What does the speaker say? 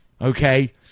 okay